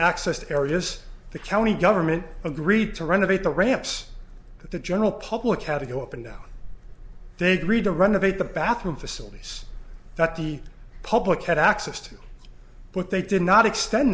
access to areas the county government agreed to renovate the ramps the general public had to go up and down they'd read to renovate the bathroom facilities that the public had access to but they did not extend